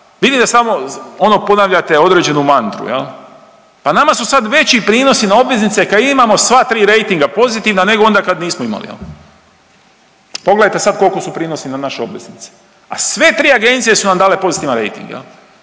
vidite samo, ono ponavljate određenu mantru, je li, pa nama su sad veći prinosi na obveznice kad imamo sva tri rejtinga pozitivna nego onda kad nismo imali, je li? Pogledajte sad koliko su prinosi na naše obveznice, a sve tri agencije su nam dale pozitivan rejting.